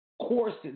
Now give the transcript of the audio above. courses